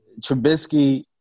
Trubisky